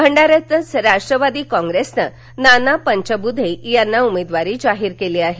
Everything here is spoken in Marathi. भंडाऱ्यातच राष्ट्रवादी कॉप्रेसनं नाना पंचबुधे यांना उमेदवारी जाहीर केली आहे